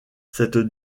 cette